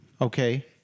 Okay